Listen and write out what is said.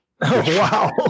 Wow